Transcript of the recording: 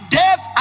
death